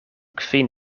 kvin